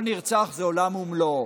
כל נרצח זה עולם ומלואו.